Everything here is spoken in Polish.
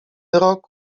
rok